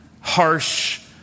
harsh